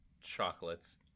chocolates